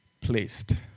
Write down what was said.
Placed